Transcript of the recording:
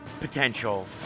potential